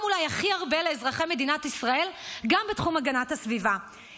אולי הכי הרבה לאזרחי מדינת ישראל גם בתחום הגנת הסביבה,